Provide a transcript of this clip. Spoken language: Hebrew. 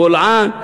הבולען,